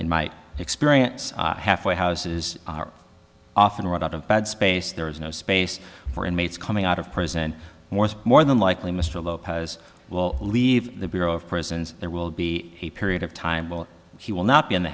in my experience halfway houses are often run out of bed space there is no space for inmates coming out of prison more more than likely mr lopez will leave the bureau of prisons there will be a period of time he will not be in